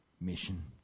mission